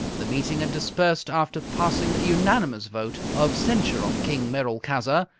the meeting had dispersed after passing a unanimous vote of censure on king merolchazzar,